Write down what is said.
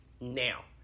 Now